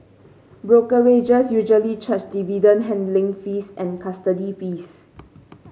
brokerages usually charge dividend handling fees and custody fees